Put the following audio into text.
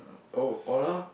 oh aura